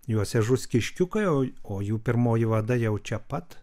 juose žus kiškiukai o jų pirmoji vada jau čia pat